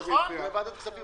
"3.בהגדרה "השכר המזערי"